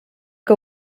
que